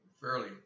fairly